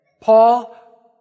Paul